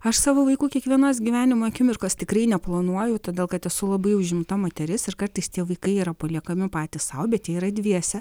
aš savo vaikų kiekvienos gyvenimo akimirkos tikrai neplanuoju todėl kad esu labai užimta moteris ir kartais tie vaikai yra paliekami patys sau bet jie yra dviese